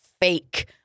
fake